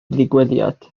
ddigwyddiad